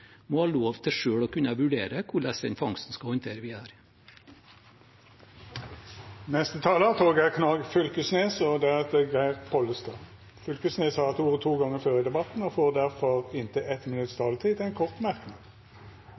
må ha lov til selv å kunne vurdere hvordan den fangsten skal håndteres videre? Representanten Torgeir Knag Fylkesnes har hatt ordet to gonger tidlegare og får ordet til ein kort merknad, avgrensa til